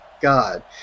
God